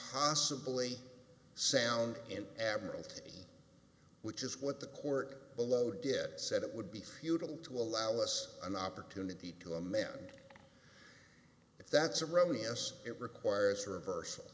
possibly sound in admiralty which is what the court below did said it would be futile to allow us an opportunity to amend if that's erroneous it requires a reversal